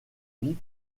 vie